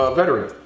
veteran